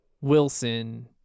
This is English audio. wilson